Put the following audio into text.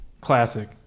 Classic